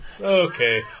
Okay